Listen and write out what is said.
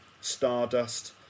Stardust